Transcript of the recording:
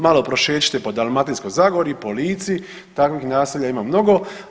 Malo prošećite po Dalmatinskoj zagori i po Lici, takvih naselja ima mnogo.